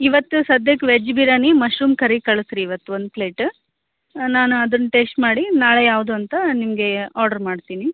ಇವತ್ತು ಸದ್ಯಕ್ಕೆ veg biryani mushroom curry ಕಳಿಸ್ರೀ ಇವತ್ತು ಒಂದು ಪ್ಲೇಟ್ ನಾನು ಅದನ್ನು ಟೇಸ್ಟ್ ಮಾಡಿ ನಾಳೆ ಯಾವುದು ಅಂತ ನಿಮಗೆ ಆರ್ಡರ್ ಮಾಡ್ತೀನಿ